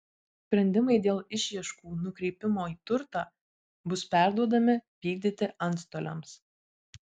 sprendimai dėl išieškų nukreipimo į turtą bus perduodami vykdyti antstoliams